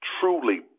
truly